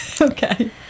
okay